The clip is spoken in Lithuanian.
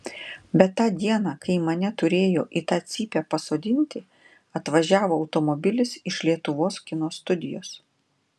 bet tą dieną kai mane turėjo į tą cypę pasodinti atvažiavo automobilis iš lietuvos kino studijos